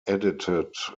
edited